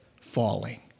falling